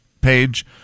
page